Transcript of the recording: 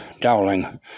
Dowling